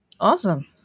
Awesome